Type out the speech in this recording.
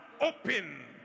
open